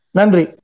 Nandri